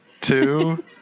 two